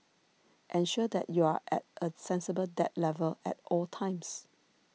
ensure that you are at a sensible debt level at all times